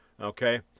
Okay